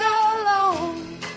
alone